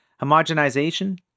Homogenization